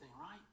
right